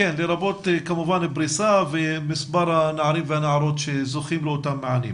לרבות כמובן פריסה ומספר הנערים והנערות שזוכים לאותם מענים.